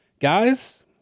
Guys